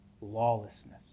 lawlessness